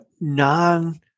non